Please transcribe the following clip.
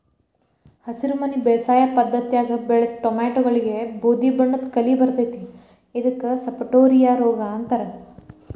ಹಸಿರುಮನಿ ಬೇಸಾಯ ಪದ್ಧತ್ಯಾಗ ಬೆಳದ ಟೊಮ್ಯಾಟಿಗಳಿಗೆ ಬೂದಿಬಣ್ಣದ ಕಲಿ ಬರ್ತೇತಿ ಇದಕ್ಕ ಸಪಟೋರಿಯಾ ರೋಗ ಅಂತಾರ